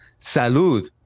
Salud